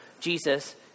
Jesus